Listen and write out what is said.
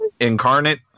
Incarnate